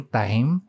time